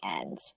end